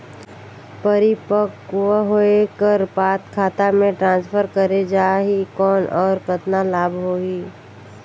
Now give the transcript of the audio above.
परिपक्व होय कर बाद खाता मे ट्रांसफर करे जा ही कौन और कतना लाभ होही?